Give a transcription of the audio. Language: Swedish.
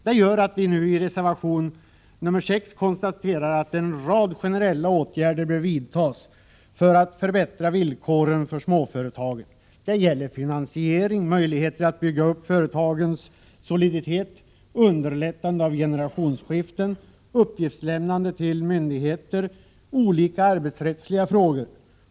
Det gör att vi i reservation 6 konstaterar att en rad generella åtgärder bör vidtas för att förbättra villkoren för småföretagen. Det gäller finansiering, möjligheter att bygga upp företagens soliditet, underlättande av generationsskiften, uppgiftslämnande till myndigheter samt olika arbetsrättsliga frågor.